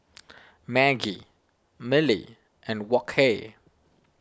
Maggi Mili and Wok Hey